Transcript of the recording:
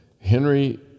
Henry